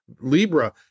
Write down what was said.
Libra